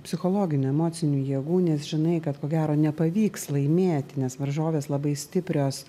psichologinių emocinių jėgų nes žinai kad ko gero nepavyks laimėti nes varžovės labai stiprios